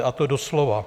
A to doslova.